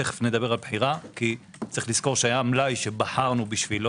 תכף נדבר על בחירה כי היה מלאי שבחרנו בשבילו